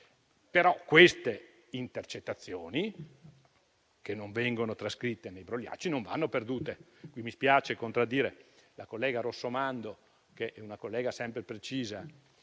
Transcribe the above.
Le intercettazioni che non vengono trascritte nei brogliacci non vanno, però, perdute. Mi dispiace contraddire la collega Rossomando, che è sempre precisa